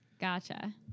Gotcha